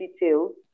details